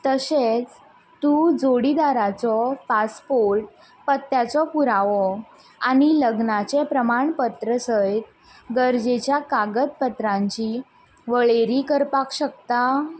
तशेंच तूं जोडीदाराचो पासपोर्ट पत्त्याचो पुरावो आनी लग्नाचें प्रमाणपत्र सयत गरजेच्या कागदपत्रांची वळेरी करपाक शकता